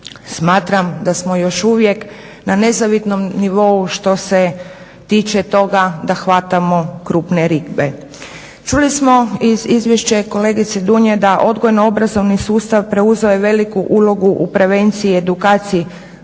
smatram da smo još uvijek na nezavidnom nivou što se tiče toga da hvatamo krupne ribe. Čuli smo iz izvješća kolegice Dunje da odgojno-obrazovni sustav preuzeo je veliku ulogu u prevenciji i edukaciji